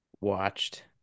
watched